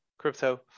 Crypto